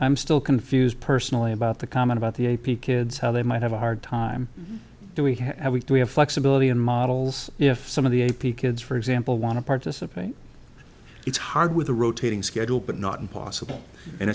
'm still confused personally about the comment about the a p kids how they might have a hard time do we have to have flexibility in models if some of the a p kids for example want to participate it's hard with a rotating schedule but not impossible and